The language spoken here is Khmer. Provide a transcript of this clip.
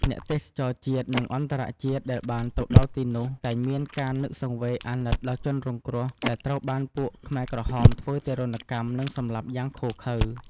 អ្នកទេសចរជាតិ និងអន្តរជាតិ ដែលបានទៅដល់ទីនោះ តែងមានការនឹកសង្វេគ អាណិត ដល់ជនរងគ្រោះ ដែលត្រូវបានពួកខ្មែរក្រហមធ្វើទារុណកម្ម និងសម្លាប់ យ៉ាងឃោឃៅ។